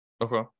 Okay